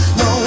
no